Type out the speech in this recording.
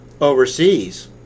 overseas